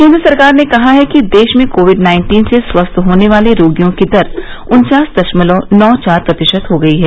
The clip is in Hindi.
केन्द्र सरकार ने कहा है कि देश में कोविड नाइन्टीन से स्वस्थ होने वाले रोगियों की दर उन्वास दशमलव नौ चार प्रतिशत हो गई है